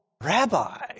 rabbi